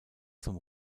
zum